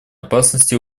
опасности